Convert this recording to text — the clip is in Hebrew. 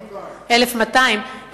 1,200. 1,200,